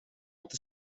inte